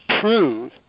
prove